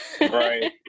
Right